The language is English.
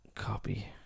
Copy